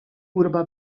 urba